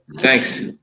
thanks